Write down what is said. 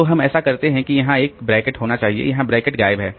तो हम ऐसा करते हैं कि वहाँ एक ब्रैकेट होना चाहिए यहाँ ब्रैकेट गायब है